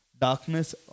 Darkness